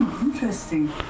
interesting